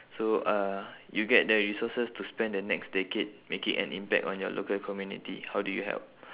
so uh you get the resources to spend the next decade making an impact on your local community how do you help